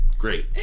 Great